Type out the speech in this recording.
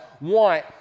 want